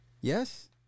Yes